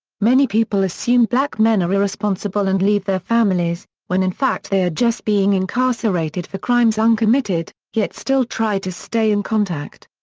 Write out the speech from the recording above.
many people assume black men are irresponsible and leave their families, when in fact they are just being incarcerated for crimes uncommitted, yet still try to stay in contact.